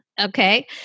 Okay